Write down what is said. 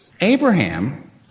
Abraham